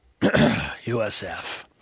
USF